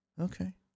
Okay